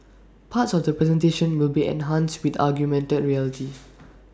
parts of the presentation will be enhanced with augmented reality